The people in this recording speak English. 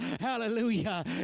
hallelujah